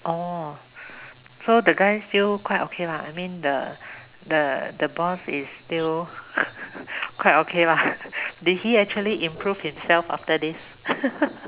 orh so the guy still quite okay lah I mean the boss is still quite okay did he actually improve himself after this